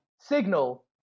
signal